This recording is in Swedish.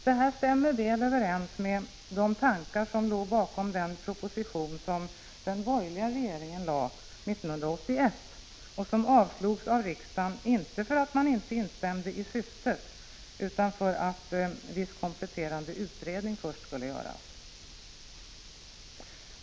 Det här stämmer väl överens med de tankar som låg bakom den proposition som den borgerliga regeringen lade fram 1981 och som avslogsav = Prot. 1985/86:50 riksdagen — inte för att man inte instämde i syftet utan för att viss 12 december 1985 kompletterande utredning först skulle göras.